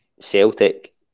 Celtic